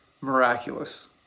Miraculous